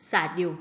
साॼो